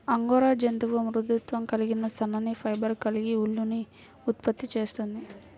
angora జంతువు మృదుత్వం కలిగిన సన్నని ఫైబర్లు కలిగిన ఊలుని ఉత్పత్తి చేస్తుంది